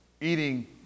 eating